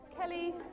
Kelly